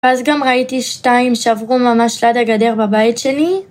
אז גם ראיתי שתיים שעברו ממש ליד הגדר בבית שלי.